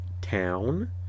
town